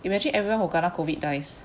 imagine everyone who kena COVID dies